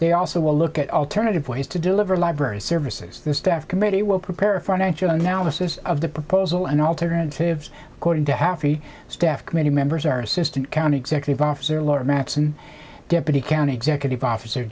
they also will look at alternative ways to deliver library services the staff committee will prepare a financial analysis of the proposal and alternatives according to half the staff committee members are assistant county executive officer laura madsen deputy county executive officer